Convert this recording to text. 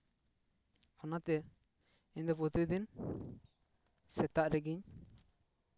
ᱚᱱᱟᱛᱮ ᱤᱧ ᱫᱚ ᱯᱨᱚᱛᱤᱫᱤᱱ ᱥᱮᱛᱟᱜ ᱨᱮᱜᱮᱧ